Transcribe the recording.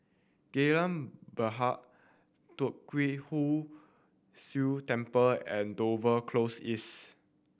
Geylang Bahru Tee Kwee Hood Sia Temple and Dover Close East